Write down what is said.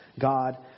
God